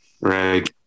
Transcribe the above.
Right